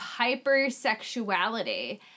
hypersexuality